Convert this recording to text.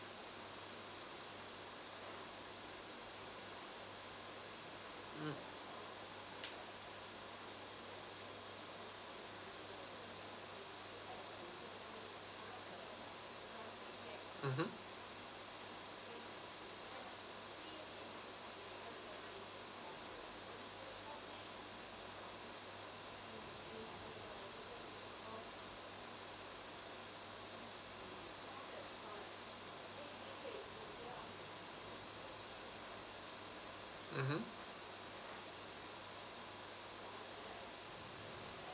mm mmhmm mmhmm